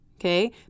okay